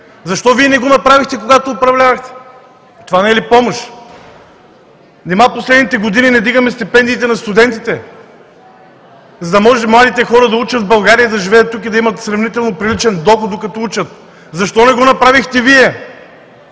Защо Вие не го направихте, когато управлявахте? Това не е ли помощ? Нима в последните години не вдигаме стипендиите на студентите, за да може младите хора да учат в България, да живеят тук и да имат сравнително приличен доход, докато учат? Защо не го направихте Вие?